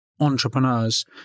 entrepreneurs